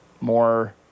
more